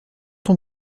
ton